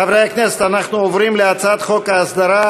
חברי הכנסת, אנחנו עוברים להצעת חוק ההסדרה,